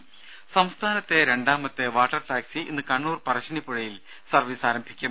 രംഭ സംസ്ഥാനത്തെ രണ്ടാമത്തെ water taxi ഇന്ന് കണ്ണൂർ പറശ്ശിനി പുഴയിൽ സർവ്വീസ് തുടങ്ങും